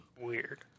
weird